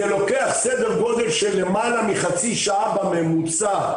זה לוקח סדר גודל של למעלה מחצי שעה בממוצע,